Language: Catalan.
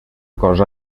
cosa